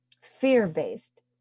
fear-based